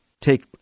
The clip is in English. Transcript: take